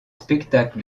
spectacles